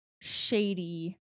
shady